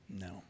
No